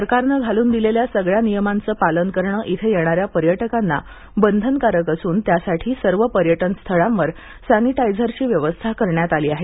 सरकारने घालून दिलेल्या सगळ्या नियमांचे पालन करणे इथे येणाऱ्या पर्यटकांना बंधनकारक असून त्यासाठी सर्व पर्यटनस्थळांवर सॅनिटायझरची व्यवस्था करण्यात आली आहे